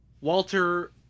Walter